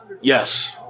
Yes